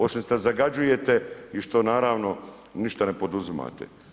Osim što zagađujete i što naravno, ništa ne poduzimate.